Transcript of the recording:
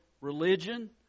religion